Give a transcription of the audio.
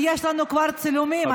יש לנו כבר צילומים,